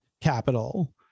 capital